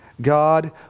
God